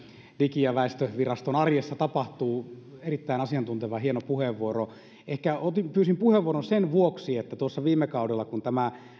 digi ja väestötietoviraston arjessa tapahtuu erittäin asiantunteva ja hieno puheenvuoro pyysin puheenvuoron sen vuoksi että kun tuossa viime kaudella